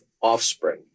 offspring